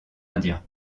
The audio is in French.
indien